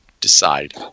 decide